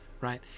right